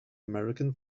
american